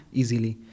easily